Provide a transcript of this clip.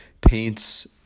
paints